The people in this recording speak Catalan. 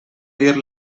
dir